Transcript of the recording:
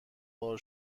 بار